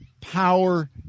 power